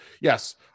Yes